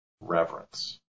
reverence